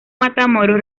matamoros